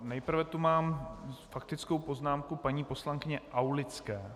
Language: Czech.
Nejprve tu mám faktickou poznámku paní poslankyně Aulické.